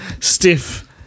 Stiff